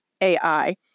AI